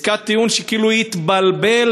עסקת טיעון שכאילו התבלבל,